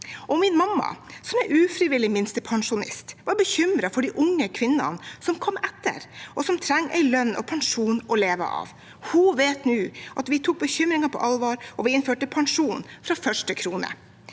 Min mamma, som er ufrivillig minstepensjonist og er bekymret for de unge kvinnene som kommer etter og trenger en lønn og pensjon å leve av, vet nå at vi tok bekymringen på alvor og innførte pensjon fra første krone.